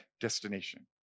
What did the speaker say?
destination